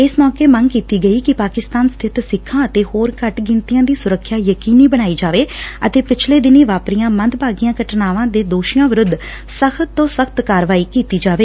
ਇਸ ਮੌਕੇ ਮੰਗ ਕੀਤੀ ਗਈ ਕਿ ਪਾਕਿਸਤਾਨ ਸਬਿਤ ਸਿੱਖਾਂ ਅਤੇ ਹੋਰ ਘੱਟ ਗਿਣਤੀਆਂ ਦੀ ਸੁਰੱਖਿਆ ਯਕੀਨੀ ਬਣਾਈ ਜਾਵੇ ਅਤੇ ਪਿਛਲੇ ਦਿਨੀ ਵਾਪਰੀਆਂ ਮੰਦਭਾਗੀਆਂ ਘਟਨਾਵਾਂ ਦੇ ਦੋਸ਼ੀਆਂ ਵਿਰੁੱਧ ਸਖ਼ਤ ਤੋ ਸਖ਼ਤ ਕਾਰਵਾਈ ਕੀਤੀ ਜਾਵੇ